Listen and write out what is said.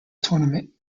tournament